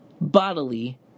bodily